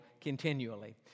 continually